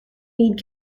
need